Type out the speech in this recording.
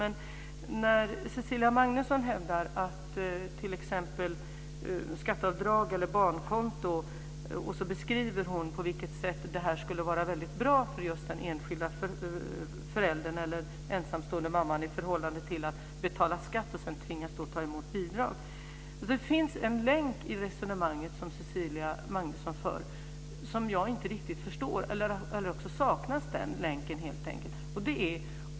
Cecilia Magnusson förespråkar skatteavdrag eller barnkonto. Sedan beskriver hon på vilket sätt det skulle vara bra för den enskilde föräldern eller ensamstående mamman i förhållande till detta med att betala skatt och tvingas ta emot bidrag. Det finns en länk i Cecilia Magnussons resonemang som jag inte riktigt förstår, eller också saknas den länken helt enkelt.